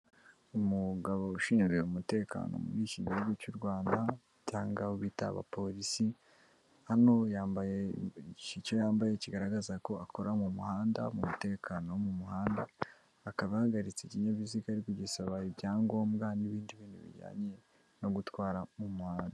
Umugabo ushinzwe umutekano muri iki gihugu cy'u Rwanda cyangwa abo bita abapolisi hano yambaye icyo yambaye kigaragaza ko akora mu muhanda mu mutekano wo mu muhanda akaba ahagaritse ikinyabiziga ari ku gisaba ibyangombwa n'ibindi bintu bijyanye no gutwara mu muhanda.